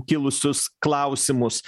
kilusius klausimus